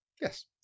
Yes